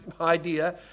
idea